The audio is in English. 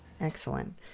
Excellent